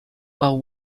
while